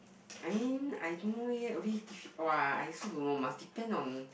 I mean I don't know leh a bit diffi~ !wah! I also don't know must depend on